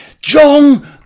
John